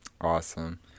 awesome